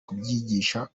kubyigisha